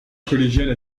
collégiale